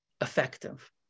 effective